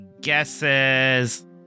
guesses